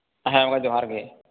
ᱦᱮᱸ ᱜᱚᱝᱠᱮ ᱡᱚᱦᱟᱨ ᱜᱮ